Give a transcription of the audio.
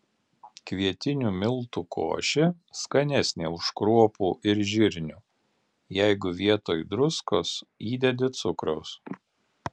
kvietinių miltų košė skanesnė už kruopų ir žirnių jeigu vietoj druskos įdedi cukraus